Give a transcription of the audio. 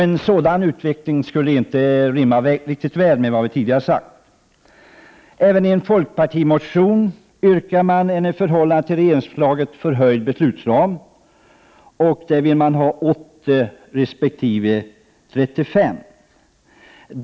En sådan utveckling skulle inte rimma riktigt väl med vad vi tidigare sagt. Även i en folkpartimotion yrkas en i förhållande till regeringsförslaget förhöjd beslutsram. Motionärerna föreslår 80 resp. 35 miljoner.